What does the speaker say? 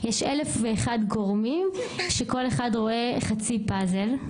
יש אלף ואחד גורמים שכל אחד רואה חצי פאזל.